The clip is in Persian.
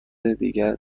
دیگر